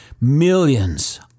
millions